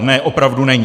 Ne, opravdu není.